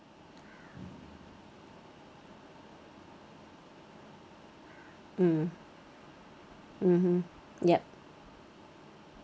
mm mmhmm yup